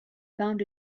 found